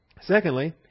Secondly